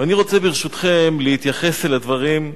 ואני רוצה, ברשותכם, להתייחס אל הדברים.